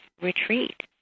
retreat